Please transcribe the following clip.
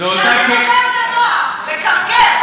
לקרקר, סתם לקרקר.